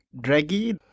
Draggy